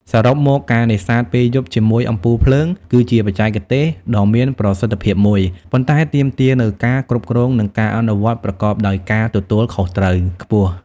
សរុបមក ការនេសាទពេលយប់ជាមួយអំពូលភ្លើង គឺជាបច្ចេកទេសដ៏មានប្រសិទ្ធភាពមួយ ប៉ុន្តែទាមទារនូវការគ្រប់គ្រង និងការអនុវត្តប្រកបដោយការទទួលខុសត្រូវខ្ពស់។